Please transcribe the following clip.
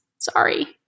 Sorry